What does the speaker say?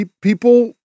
people